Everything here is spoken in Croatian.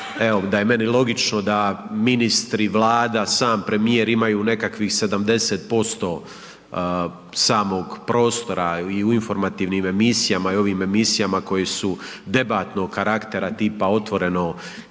da je meni logično da ministri, Vlada, sam premijer imaju nekakvih 70% samog prostora i u informativnim emisijama i u ovom emisijama koje su debatnog karaktera, tipa „Otvoreno“ ili